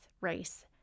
race